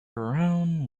brown